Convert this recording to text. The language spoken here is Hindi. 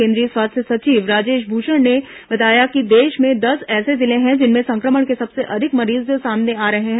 केंद्रीय स्वास्थ्य सचिव राजेश भूषण ने बताया कि देश में दस ऐसे जिले हैं जिनमें संक्रमण के सबसे अधिक मरीज सामने आ रहे हैं